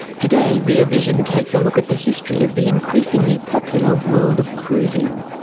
today rear vision takes a look at the history of the increasingly popular world of cruising.